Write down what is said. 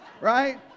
right